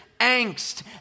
angst